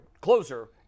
closer –